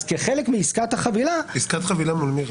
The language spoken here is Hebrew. כחלק מעסקת החבילה --- עסקת חבילה מול מי?